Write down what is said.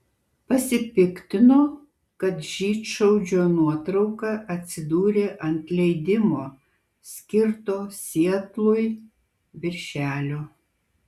pasipiktino kad žydšaudžio nuotrauka atsidūrė ant leidimo skirto sietlui viršelio